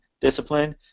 discipline